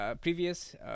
previous